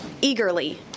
eagerly